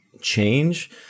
change